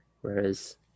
whereas